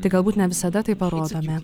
tik galbūt ne visada tai parodome